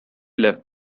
left